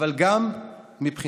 אבל גם מבחינתכם.